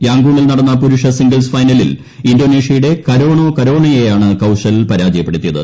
യാങ്കൂണിൽ നടന്ന പുരുഷ സിംഗിൾസ് ഫൈനലിൽ ഇന്തോനേഷ്യയുടെ കരോണോ കരോണോയെയാണ് കൌശൽ പരാജയപ്പെടുത്തിയത്